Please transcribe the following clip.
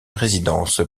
résidence